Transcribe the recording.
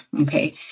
Okay